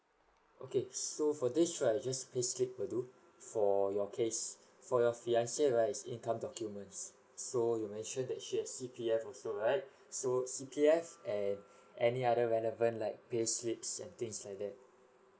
okay so for this right just payslip will do for your case for your fiancé right is income documents so you mentioned that she has C_P_F also right so C_P_F and any other relevant like payslips and things like that